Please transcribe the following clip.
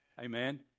Amen